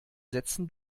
sätzen